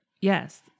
Yes